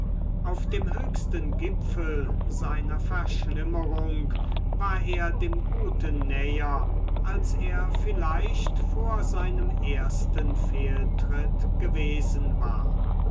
auf dem höchsten gipfel seiner verschlimmerung war er dem guten näher als er vielleicht vor seinem ersten fehltritt gewesen war